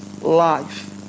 life